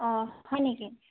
অঁ হয় নেকি